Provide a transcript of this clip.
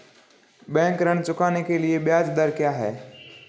Bank ऋण चुकाने के लिए ब्याज दर क्या है?